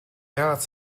яагаад